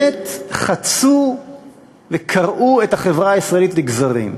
שבאמת חצו וקרעו את החברה הישראלית לגזרים.